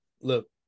Look